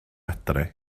adre